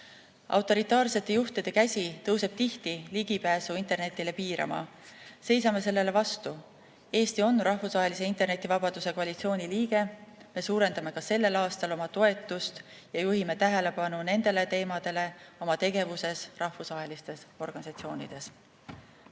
Autoritaarsete juhtide käsi tõuseb tihti ligipääsu internetile piirama. Seisame sellele vastu. Eesti on rahvusvahelise internetivabaduse koalitsiooni liige, me suurendame ka sellel aastal oma toetust ja juhime tähelepanu nendele teemadele oma tegevuses rahvusvahelistes organisatsioonides.